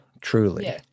truly